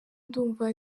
ndumva